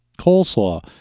coleslaw